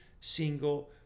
single